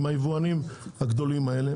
עם היבואנים הגדולים האלה,